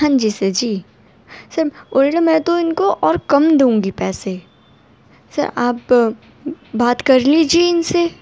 ہاں جی سر جی سر اور میں تو ان کو اور کم دوں گی پیسے سر آپ بات کر لیجیے ان سے